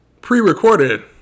pre-recorded